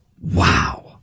wow